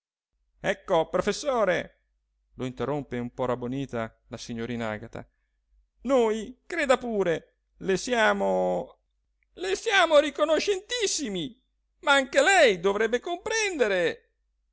ecco professore lo interrompe un po rabbonita la signorina agata noi creda pure le siamo le siamo riconoscentissimi ma anche lei dovrebbe comprendere